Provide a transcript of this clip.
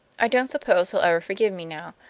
i don't suppose he'll ever forgive me now,